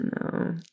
No